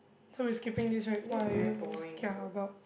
so we're skipping this right what are you most kia about